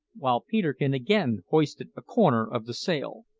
while peterkin again hoisted a corner of the sail.